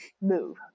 Move